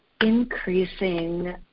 increasing